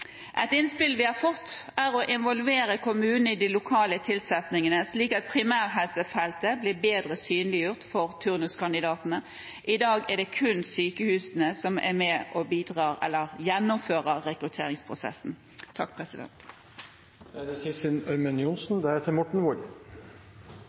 Et innspill vi har fått, er å involvere kommunene i de lokale tilsettingene, slik at primærhelsefeltet blir bedre synliggjort for turnuskandidatene. I dag er det kun sykehusene som gjennomfører rekrutteringsprosessen.